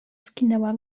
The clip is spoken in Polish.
skinęła